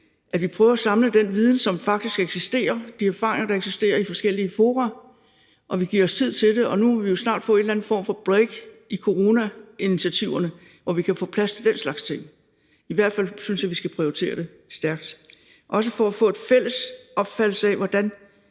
at vi prøver at samle den viden, som faktisk eksisterer, de erfaringer, der eksisterer, i forskellige fora, og at vi giver os tid til det. Nu må vi snart få en eller anden form for break i coronainitiativerne, hvor vi kan få plads til den slags ting. I hvert fald synes jeg, vi skal prioritere det stærkt, også for at få en fælles opfattelse af, hvordan